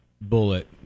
bullet